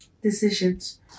decisions